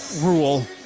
rule